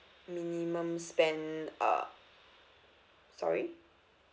minimum spend uh sorry